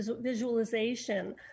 visualization